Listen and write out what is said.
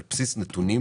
על בסיס נתונים,